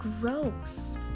gross